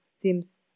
seems